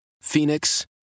Phoenix